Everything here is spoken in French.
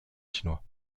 chinois